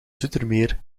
zoetermeer